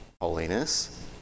holiness